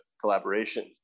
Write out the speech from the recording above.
collaboration